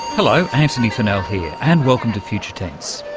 hello, antony funnell here and welcome to future tense.